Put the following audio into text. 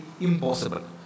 impossible